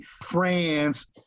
France